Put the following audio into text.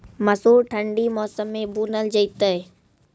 मसूर ठंडी मौसम मे बूनल जेतै?